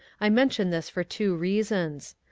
i mention this for two reasons